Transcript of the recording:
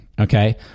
Okay